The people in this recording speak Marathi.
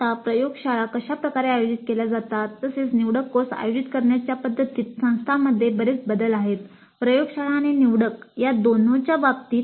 आता प्रयोगशाळा कशा प्रकारे आयोजित केल्या जातात तसेच निवडक कोर्स आयोजित करण्याच्या पद्धतीत संस्थांमध्ये बरेच बदल आहेत प्रयोगशाळा आणि निवडक या दोहोंच्या बाबतीत